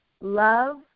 love